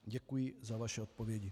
Děkuji za vaše odpovědi.